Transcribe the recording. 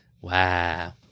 Wow